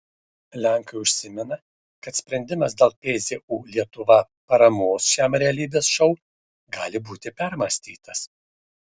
lenkai užsimena kad sprendimas dėl pzu lietuva paramos šiam realybės šou gali būti permąstytas